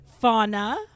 Fauna